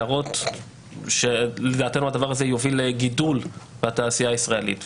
להראות שלדעתנו הדבר הזה יוביל לגידול בתעשייה הישראלית.